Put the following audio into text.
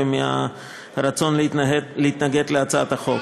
ומהרצון להתנגד להצעת החוק.